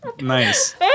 Nice